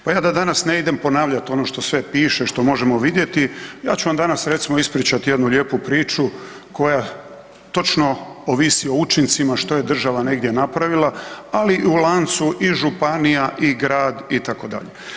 Pa ja da danas ne idem ponavljati ono što sve piše, što možemo vidjeti ja ću vam danas recimo ispričati jednu lijepu priču koja točno ovisi o učincima što je država negdje napravila, ali u lancu i županija i grad itd.